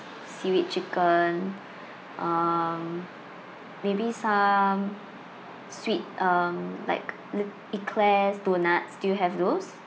seaweed chicken um maybe some sweet um like lit~ eclairs doughnuts do you have those